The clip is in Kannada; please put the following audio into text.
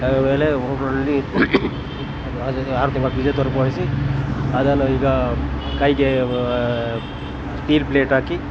ಆಮೇಲೆ ಆರು ತಿಂಗಳು ಫಿಝಿಯೋತೆರಪಿ ಮಾಡಿಸಿ ಅದು ಆದ್ಮೇಲೆ ಈಗ ಕೈಗೆ ಸ್ಟೀಲ್ ಪ್ಲೇಟ್ ಆಕಿ